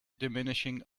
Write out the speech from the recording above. diminishing